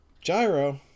Gyro